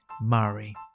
Murray